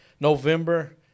November